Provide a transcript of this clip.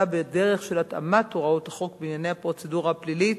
בדרך של התאמת הוראות החוק בענייני הפרוצדורה הפלילית